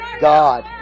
God